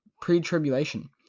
pre-tribulation